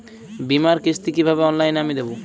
বীমার কিস্তি কিভাবে অনলাইনে আমি দেবো?